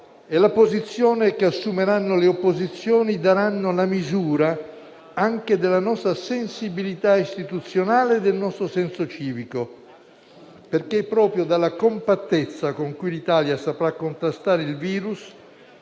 e la posizione che assumeranno le opposizioni daranno la misura anche della nostra sensibilità istituzionale e del nostro senso civico, perché è proprio dalla compattezza con cui l'Italia saprà contrastare il virus